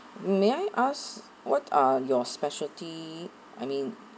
may I ask what are your specialty I mean